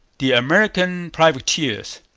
the american privateers.